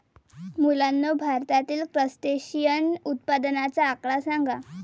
मुलांनो, भारतातील क्रस्टेशियन उत्पादनाचा आकडा सांगा?